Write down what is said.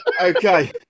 Okay